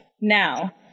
Now